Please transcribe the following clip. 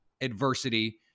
adversity